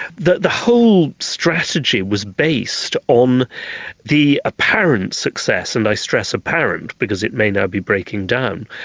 the the whole strategy was based on the apparent success, and i stress apparent because it may now be breaking down,